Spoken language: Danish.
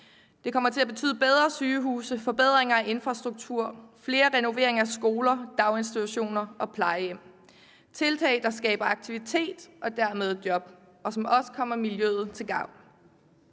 Det kommer til at betyde bedre sygehuse, forbedringer af infrastruktur, flere renoveringer af skoler, daginstitutioner og plejehjem. Det er tiltag, der skaber aktivitet og dermed job, og som også kommer miljøet til gavn.